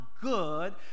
good